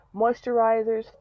moisturizers